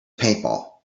paintball